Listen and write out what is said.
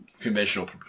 conventional